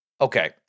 Okay